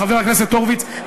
חבר הכנסת הורוביץ,